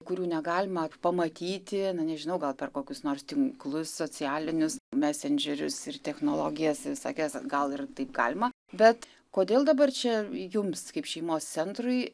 kurių negalima pamatyti na nežinau gal per kokius nors tinklus socialinius mesendžerius ir technologijas visokias gal ir taip galima bet kodėl dabar čia jums kaip šeimos centrui